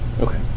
Okay